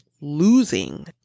losing